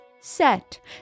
set